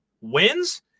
wins